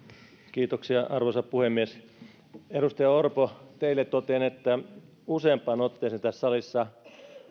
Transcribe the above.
kiitoksia arvoisa puhemies edustaja orpo teille totean että useampaan otteeseen tässä salissa